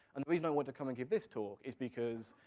and the reason i want to come and give this talk, is because,